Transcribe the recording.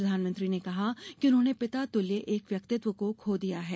प्रधानमंत्री ने कहा कि उन्होंने पिता तुल्य एक व्यक्तित्व को खो दिया है